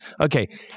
Okay